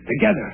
together